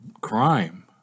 crime